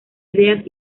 ideas